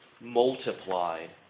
multiplied